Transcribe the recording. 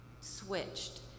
switched